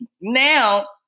Now